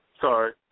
Sorry